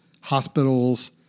hospitals